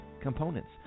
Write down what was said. components